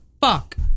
fuck